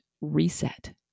reset